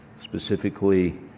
specifically